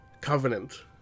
covenant